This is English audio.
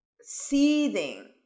seething